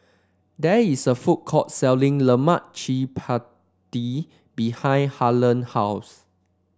there is a food court selling Lemak Cili Padi behind Harlen house